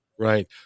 Right